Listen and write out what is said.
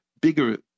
bigger